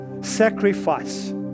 Sacrifice